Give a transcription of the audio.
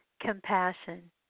compassion